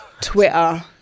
Twitter